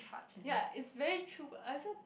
ya it's very true but I also